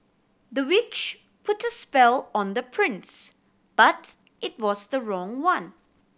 the witch put a spell on the prince but it was the wrong one